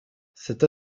cette